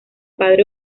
padre